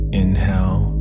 inhale